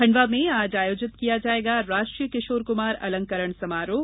खंडवा में आज आयोजित किया जायेगा राष्ट्रीय किशोर कुमार अलंकरण समारोह